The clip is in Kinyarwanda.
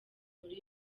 muri